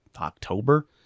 October